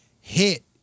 hit